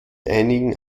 einigen